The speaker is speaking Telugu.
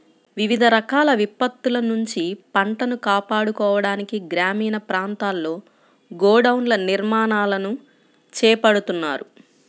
వివిధ రకాల విపత్తుల నుంచి పంటను కాపాడుకోవడానికి గ్రామీణ ప్రాంతాల్లో గోడౌన్ల నిర్మాణాలను చేపడుతున్నారు